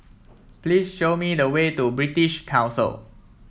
please show me the way to British Council